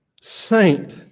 saint